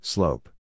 Slope